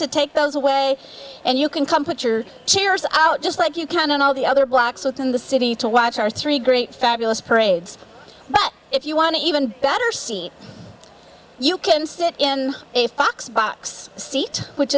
to take those away and you can come put your chairs out just like you can in all the other blocks within the city to watch our three great fabulous parades but if you want to even better see you can sit in a fox box seat which